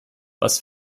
was